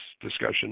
discussion